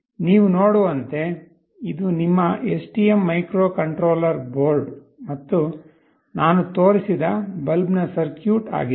ನೀವು ನೋಡುವಂತೆ ಇದು ನಿಮ್ಮ ಎಸ್ಟಿಎಂ ಮೈಕ್ರೊಕಂಟ್ರೋಲರ್ ಬೋರ್ಡ್ ಮತ್ತು ನಾನು ತೋರಿಸಿದ ಬಲ್ಬ್ನ ಸರ್ಕ್ಯೂಟ್ ಆಗಿದೆ